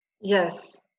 Yes